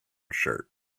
shirt